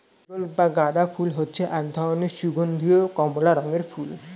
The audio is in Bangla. মেরিগোল্ড বা গাঁদা ফুল হচ্ছে এক ধরনের সুগন্ধীয় কমলা রঙের ফুল